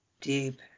Deep